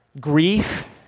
grief